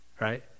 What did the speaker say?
right